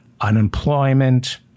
unemployment